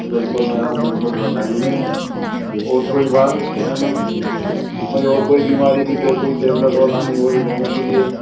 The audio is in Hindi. बिल्कुल मैडम बिल्कुल बताएंगे और कोई बात मैडम कोई और कोई बीमारी की कोई टेबलेट लानी हो डेमो के लिए